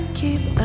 keep